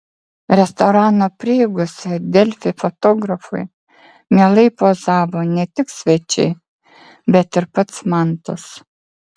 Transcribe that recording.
restorano prieigose delfi fotografui mielai pozavo ne tik svečiai bet ir pats mantas